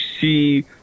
see